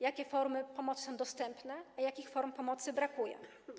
Jakie formy pomocy są dostępne, a jakich form pomocy brakuje?